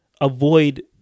avoid